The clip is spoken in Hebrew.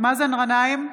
מאזן גנאים,